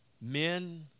men